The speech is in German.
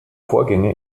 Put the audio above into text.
vorgänge